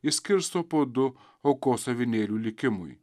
išskirsto po du aukos avinėlių likimui